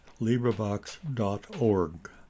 LIBRIVOX.ORG